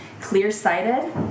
clear-sighted